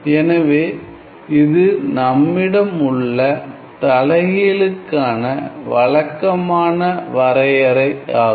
எனவே இது நம்மிடம் உள்ள தலைகீழுக்கான வழக்கமான வரையறை ஆகும்